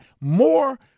more